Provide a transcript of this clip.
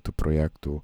tų projektų